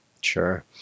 Sure